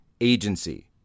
agency